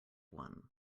one